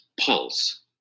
pulse